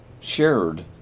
shared